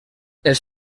els